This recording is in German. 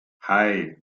hei